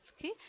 Okay